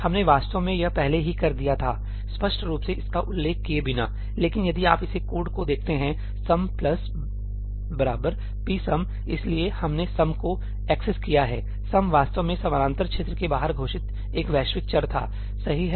हमने वास्तव में यह पहले ही कर दिया था स्पष्ट रूप से इसका उल्लेख किए बिना लेकिन यदि आप इस कोड को देखते हैं 'sum psum'इसलिए हमने 'sum' को एक्सेस किया है sum वास्तव में समानांतर क्षेत्र के बाहर घोषित एक वैश्विक चर था सही है